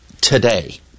today